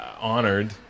honored